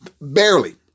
Barely